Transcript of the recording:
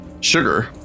Sugar